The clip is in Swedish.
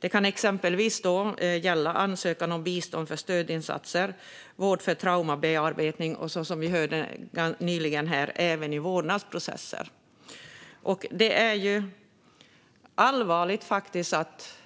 Det kan exempelvis gälla ansökan om bistånd för stödinsatser, vård för traumabearbetning och, som vi nyss hörde, i vårdnadsprocesser. Det är allvarligt att